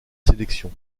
sélection